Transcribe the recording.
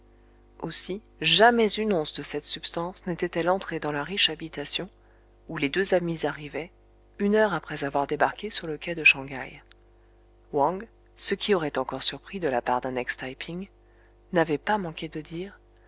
aussi jamais une once de cette substance n'était-elle entrée dans la riche habitation où les deux amis arrivaient une heure après avoir débarqué sur le quai de shang haï wang ce qui aurait encore surpris de la part d'un ex taï ping n'avait pas manqué de dire